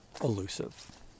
elusive